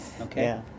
Okay